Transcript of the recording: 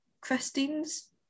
Christine's